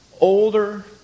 older